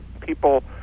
People